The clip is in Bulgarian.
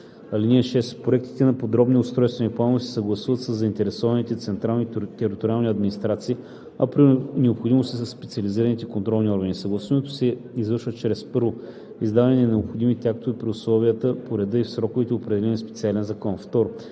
„(6) Проектите на подробни устройствени планове се съгласуват със заинтересуваните централни и териториални администрации, а при необходимост – и със специализираните контролни органи. Съгласуването се извършва чрез: 1. издаване на необходимите актове при условията, по реда и в сроковете, определени в специален закон;